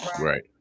right